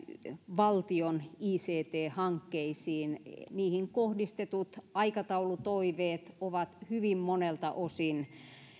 valtion ict hankkeisiin niihin kohdistetut aikataulutoiveet ovat hyvin monelta osin